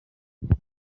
nubwo